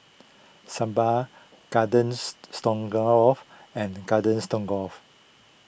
Sambar Gardens Stroganoff and Garden Stroganoff